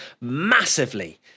massively